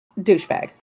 douchebag